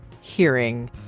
hearing